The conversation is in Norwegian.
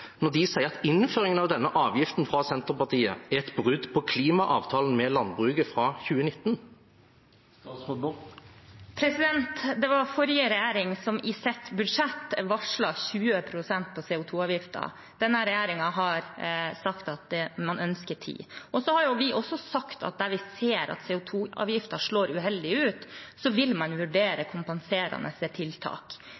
når de sier at innføringen av denne avgiften fra Senterpartiet er et brudd på klimaavtalen med landbruket fra 2019. Det var forrige regjering som i sitt budsjett varslet 20 pst. CO 2 -avgift. Denne regjeringen har sagt at man ønsker 10 pst. Vi har også sagt at der vi ser at CO 2 -avgiften slår uheldig ut, vil